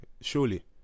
surely